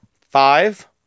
Five